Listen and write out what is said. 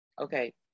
Okay